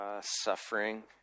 suffering